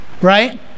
right